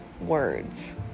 words